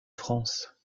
france